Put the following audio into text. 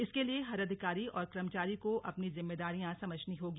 इसके लिए हर अधिकारी और कर्मचारी को अपनी जिम्मेदारियां समझनी होंगी